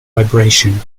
vibration